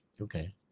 Okay